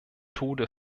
tode